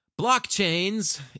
Blockchains